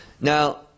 Now